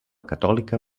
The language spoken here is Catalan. catòlica